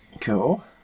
cool